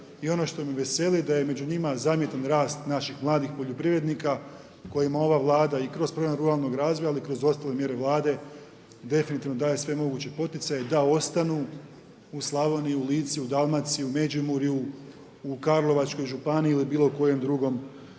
I ono što me veseli da je među njima zamjetan rast naših mladih poljoprivrednika kojima ova Vlada i kroz program ruralnog razvoja ali i kroz ostale mjere Vlade definitivno daje sve moguće poticaje da ostanu u Slavoniji, u Lici u Dalmaciji, u Međimurju, u Karlovačkoj županiji ili bilo kojem drugom